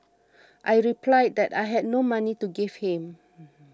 I replied that I had no money to give him